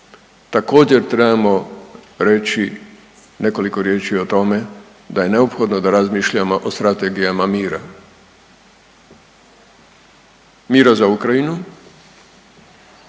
također trebamo reći nekoliko riječi o tome da je neophodno da razmišljamo o strategijama mira, mira za Ukrajinu,